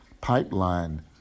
pipeline